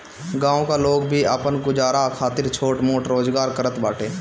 गांव का लोग भी आपन गुजारा खातिर छोट मोट रोजगार करत बाटे